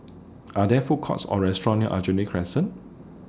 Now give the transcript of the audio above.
Are There Food Courts Or Restaurant near Aljunied Crescent